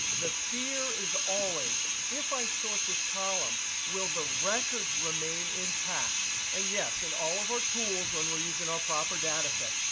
the fear is always if i sort this column, will the records remain intact? and yes, in all of our tools, when we're using our proper data sets,